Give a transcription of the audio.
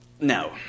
No